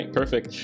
perfect